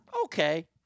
okay